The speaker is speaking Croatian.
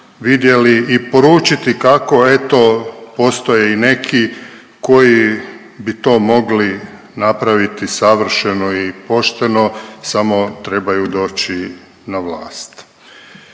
i poručiti kako eto postoje i neki koji bi to mogli napraviti savršeno i pošteno samo trebaju doći na vlast.